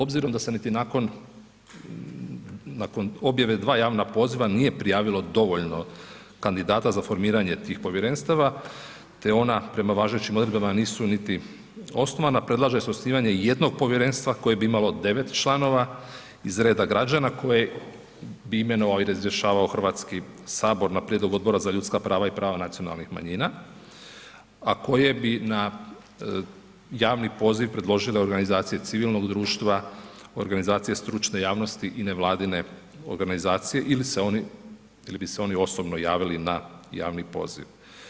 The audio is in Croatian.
Obzirom da se niti nakon objave 2 javna poziva nije prijavilo dovoljno kandidata za formiranje tih povjerenstava te ona prema važećim odredbama nisu niti osnovana, predlaže se osnivanje jednog povjerenstva koje bi imalo 9 članova iz reda građana koji bi imenovao i razrješavao HS na prijedlog Odbora za ljudska prava i prava nacionalnih manjina, a koje bi na javni poziv predložile organizacije civilnog društva, organizacije stručne javnosti i nevladine organizacije ili bi se oni osobno javili na javni poziv.